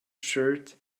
shirt